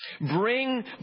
Bring